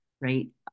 right